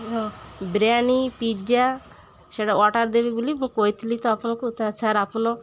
ହଁ ବିରିୟାନୀ ପିଜ୍ଜା ସେଇଟା ଅର୍ଡ଼ର ଦେବି ବୋଲି ମୁଁ କହିଥିଲି ତ ଆପଣଙ୍କୁ ତ ସାର୍ ଆପଣ